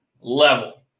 level